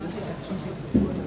התש"ע 2010,